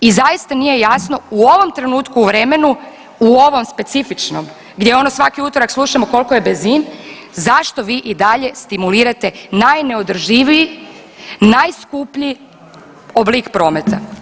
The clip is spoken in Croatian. I zaista nije jasno u ovom trenutku u vremenu u ovom specifičnom gdje ono svaki utorak slušamo koliko je benzin, zašto vi i dalje stimulirate najneodrživiji, najskuplji oblik prometa?